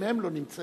אם הם לא נמצאים.